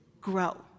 grow